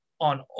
on